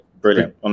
Brilliant